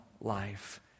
life